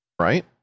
right